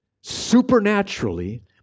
supernaturally